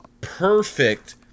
perfect